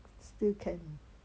still can